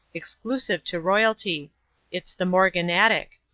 exclusive to royalty it's the morganatic.